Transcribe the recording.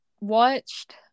watched